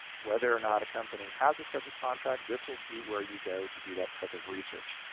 whether or not a company has a scheduled contract, this will be where you go to do that type of research,